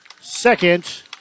second